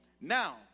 Now